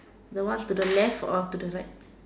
the one to the left or to the right